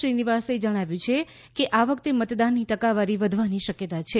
શ્રીનિવાસે જણાવ્યું કે આ વખતે મતદાનની ટકાવારી વધવાની શકયતા છે